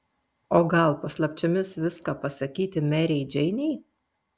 o gal paslapčiomis viską pasakyti merei džeinei